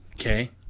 okay